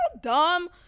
dumb